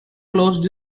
closed